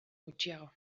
gutxiago